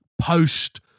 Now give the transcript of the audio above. post